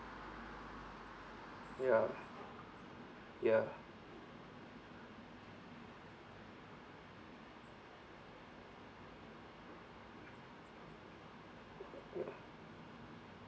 ya ya